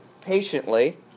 patiently